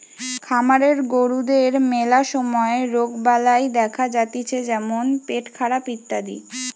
খামারের গরুদের ম্যালা সময় রোগবালাই দেখা যাতিছে যেমন পেটখারাপ ইত্যাদি